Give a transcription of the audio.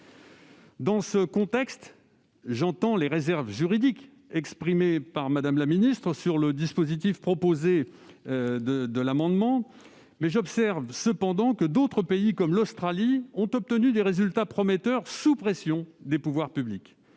Dans ce contexte, j'entends les réserves juridiques exprimées par Mme la ministre sur le dispositif de l'article 2 . J'observe cependant que d'autres pays, comme l'Australie, ont obtenu des résultats prometteurs sous la pression des pouvoirs publics.